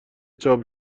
چاپ